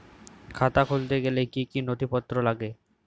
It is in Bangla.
খাতা খুলতে গেলে কি কি নথিপত্র লাগে?